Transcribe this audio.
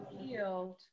healed